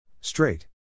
Straight